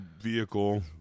vehicle